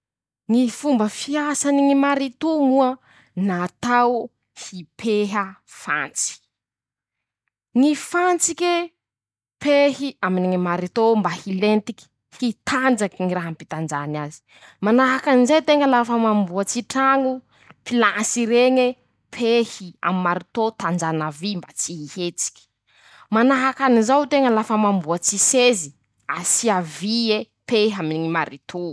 Ñy fomba fiasany ñy marito moa: -Natao hipeha fantsiky. ñy fantsike. pehy aminy ñy marito mba hilentiky. hitanjaky ñy raha ampitanjahany azy. -Manahaky anizay teña lafa mamboatsy traño. pilansy reñe. pehy aminy marito tanjana vy mba tsy hihetsiky. -Manahaky anizao teña lafa mamboatsy sezy. asia vie pehy aminy ñy marto.